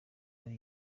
ari